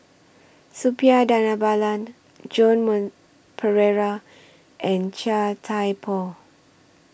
Suppiah Dhanabalan Joan Moon Pereira and Chia Thye Poh